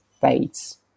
fades